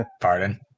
Pardon